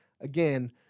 again